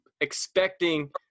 expecting